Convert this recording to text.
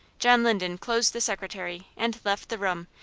john linden closed the secretary, and left the room,